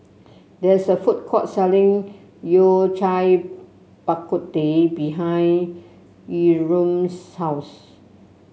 there is a food court selling Yao Cai Bak Kut Teh behind Yurem's house